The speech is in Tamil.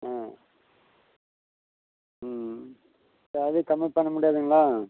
ஆ ம் ஏதாவது கம்மி பண்ண முடியாதுங்களா